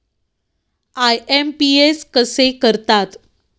IMPS कसे करतात?